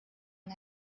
und